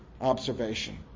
observation